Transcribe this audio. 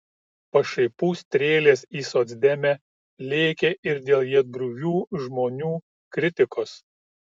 pašaipų strėlės į socdemę lėkė ir dėl juodbruvių žmonių kritikos